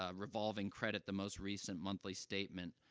ah revolving credit, the most recent monthly statement,